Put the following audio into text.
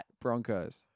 Broncos